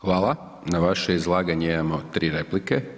Hvala na vaše izlaganje imamo 3 replike.